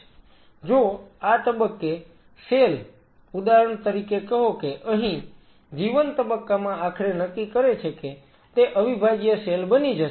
જો આ તબક્કે સેલ ઉદાહરણ તરીકે કહો કે અહીં G1 તબક્કામાં આખરે નક્કી કરે છે કે તે અવિભાજ્ય સેલ બની જશે